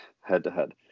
Head-to-head